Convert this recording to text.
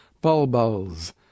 bulbuls